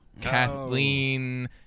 Kathleen